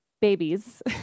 babies